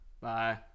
bye